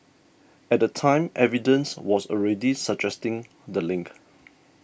at the time evidence was already suggesting the link